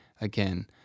Again